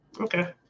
Okay